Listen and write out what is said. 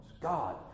God